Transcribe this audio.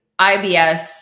IBS